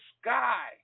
sky